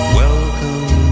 welcome